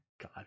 God